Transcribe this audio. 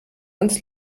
uns